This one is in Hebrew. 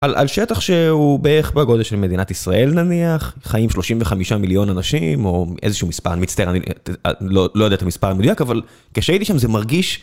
על שטח שהוא בערך בגודל של מדינת ישראל נניח, חיים 35 מיליון אנשים או איזשהו מספר, אני מצטער, אני לא יודע את המספר המדויק אבל כשהייתי שם זה מרגיש